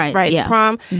right. right yeah, prom.